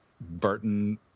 Burton